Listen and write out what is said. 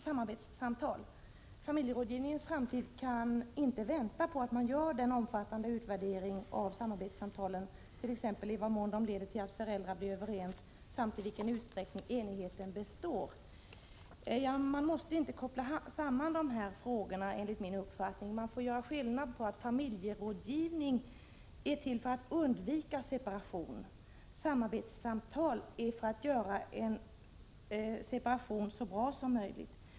Om vi vill trygga familjerådgivningens framtid kan vi inte vänta på att det görs en omfattande utvärdering av samarbetssamtalen, t.ex. i vad mån de leder till att föräldrarna blir överens och i vilken utsträckning enigheten består. Man måste, enligt min uppfattning, inte koppla samman dessa saker. Familjerådgivningen är till för att undvika separation. Samarbetssamtalen är till för att göra en separation så bra som möjligt.